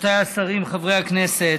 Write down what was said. רבותיי השרים, חברי הכנסת,